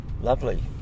lovely